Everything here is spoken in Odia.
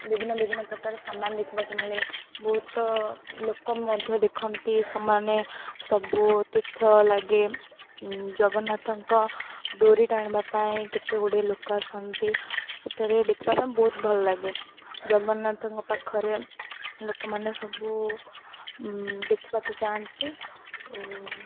ବିଭିନ୍ନ ବିଭିନ୍ନ ପ୍ରକାର ସମାନ ଦେଖିବାକୁ ମିଳେ ବହୁତ ଲୋକ ମଧ୍ୟ ଦେଖନ୍ତି ସେମାନେ ସବୁ ତୀର୍ଥ ଲାଗେ ଜଗନ୍ନାଥଙ୍କ ଡୋରି ଟାଣିବା ପାଇଁ କେତେ ଗୁଡ଼ିଏ ଲୋକ ଆସନ୍ତି ସେଠାରେ ଦେଖିବା ପାଇଁ ବହୁତ ଭଲ ଲାଗେ ଜଗନ୍ନାଥଙ୍କ ପାଖରେ ଲୋକମାନେ ସବୁ ଦେଖିବାକୁ ଯାଆନ୍ତି